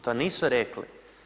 To nisu rekli.